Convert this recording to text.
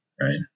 right